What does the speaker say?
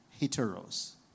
heteros